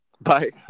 Bye